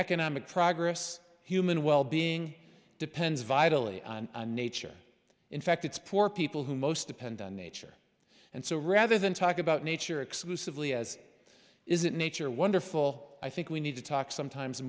economic progress human well being depends vitally nature in fact it's poor people who most depend on nature and so rather than talk about nature exclusively as it isn't nature wonderful i think we need to talk sometimes